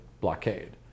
blockade